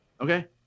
okay